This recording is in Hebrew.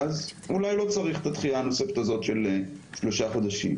אולי לא צריך את הדחיה הנוספת הזאת של שלושת החודשים.